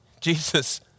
Jesus